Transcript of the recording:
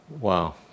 Wow